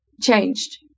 changed